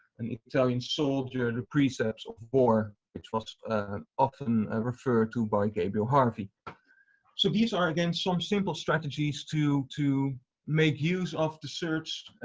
an italian soldier, the precepts of warre, which was often and referred to by gabriel harvey so these are again some simple strategies to to make use of the search,